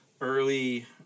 early